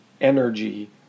energy